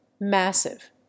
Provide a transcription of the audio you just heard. massive